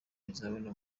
bizaboneka